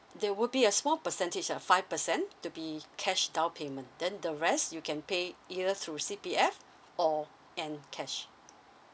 there will be a small percentage ah five percent to be cash down payment then the rest you can pay either through C_P_F or and cash